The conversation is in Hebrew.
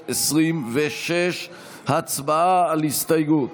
626. הצבעה על ההסתייגות.